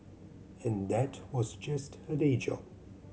and that was just her day job